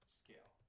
scale